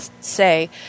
say